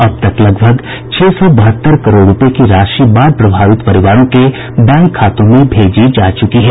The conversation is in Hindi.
अब तक लगभग छह सौ बहत्तर करोड़ रूपये की राशि बाढ़ प्रभावित परिवारों के बैंक खातों में भेजी जा चुकी है